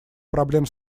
проблем